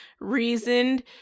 reasoned